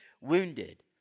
wounded